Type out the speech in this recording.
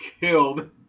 killed